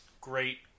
great